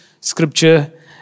scripture